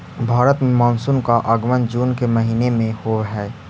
भारत में मानसून का आगमन जून के महीने में होव हई